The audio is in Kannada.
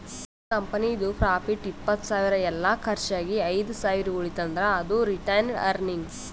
ಕಂಪನಿದು ಪ್ರಾಫಿಟ್ ಇಪ್ಪತ್ತ್ ಸಾವಿರ ಎಲ್ಲಾ ಕರ್ಚ್ ಆಗಿ ಐದ್ ಸಾವಿರ ಉಳಿತಂದ್ರ್ ಅದು ರಿಟೈನ್ಡ್ ಅರ್ನಿಂಗ್